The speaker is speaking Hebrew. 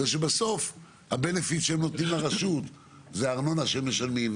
מפני שבסוף ה-benefit שהם נותנים לרשות זה ארנונה שהם משלמים,